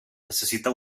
necessita